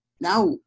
Now